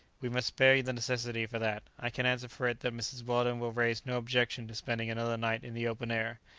we must spare you the necessity for that. i can answer for it that mrs. weldon will raise no objection to spending another night in the open air.